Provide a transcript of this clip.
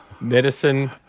Medicine